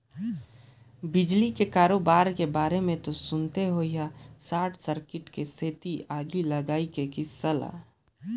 बिजली के करोबार के बारे मे तो सुनते होइहा सार्ट सर्किट के सेती आगी लगई के किस्सा ल